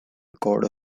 record